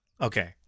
Okay